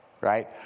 right